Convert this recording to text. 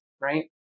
right